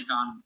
on